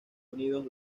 unidos